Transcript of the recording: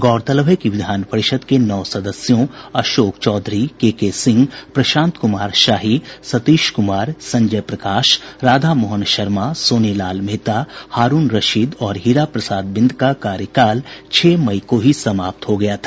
गौरतलब है कि विधान परिषद के नौ सदस्यों अशोक चौधरी के के सिंह प्रशांत कुमार शाही सतीश कुमार संजय प्रकाश राधा मोहन शर्मा सोनेलाल मेहता हारून रशीद और हीरा प्रसाद बिंद का कार्यकाल छह मई को ही समाप्त हो गया था